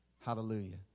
Hallelujah